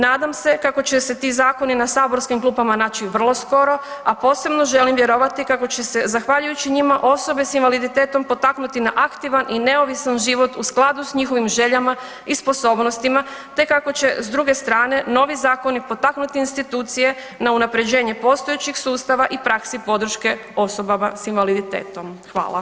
Nadam se kako će se ti zakoni na saborskih klupama naći vrlo skoro, a posebno želim vjerovati kako će se, zahvaljujući njima, osobe s invaliditetom potaknuti na aktivan i neovisan život u skladu s njihovim željama i sposobnostima te kako će, s druge strane, novi zakoni potaknuti institucije na unaprjeđenje postojećeg sustava i praksi podrške osobama s invaliditetom.